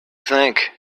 think